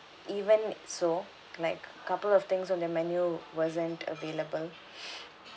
even so like couple of things on their menu wasn't available